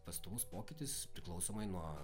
pastovus pokytis priklausomai nuo